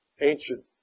ancient